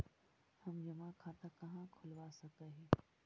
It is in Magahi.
हम जमा खाता कहाँ खुलवा सक ही?